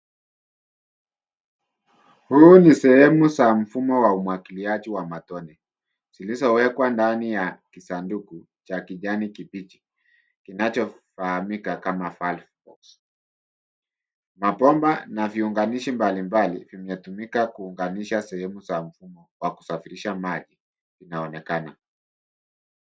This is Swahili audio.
Huu ni sehemu za mfumo wa umwagiliaji wa matone, zilizowekwa ndani ya kisanduku cha kijani kibichi kinachofahamika kama valve box . Mabomba na viunganishi mbalimbali vimetumika kuunganisha sehemu za mfumo wa kusafirisha maji inaonekana.